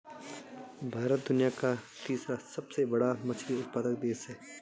भारत दुनिया का तीसरा सबसे बड़ा मछली उत्पादक देश है